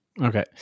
Okay